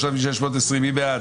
3 בעד,